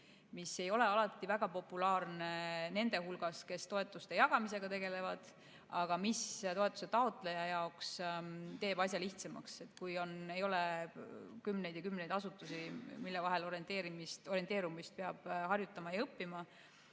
mis ei ole alati väga populaarne nende hulgas, kes toetuste jagamisega tegelevad, aga toetuse taotleja jaoks teeb see asja lihtsamaks, kui ei ole kümneid ja kümneid asutusi, mille vahel orienteerumist peab harjutama ja õppima.